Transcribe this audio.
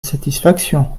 satisfaction